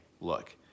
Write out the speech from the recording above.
look